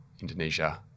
Indonesia